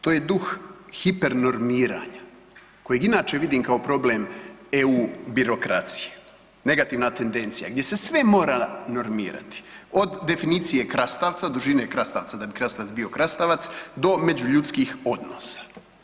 To je duh hipernormiranja kojeg inače vidim kao problem EU birokracije, negativna tendencija gdje se sve mora normirati, od definicije krastavca, dužine krastavca da bi krastavac bio krastavac do međuljudskih odnosa.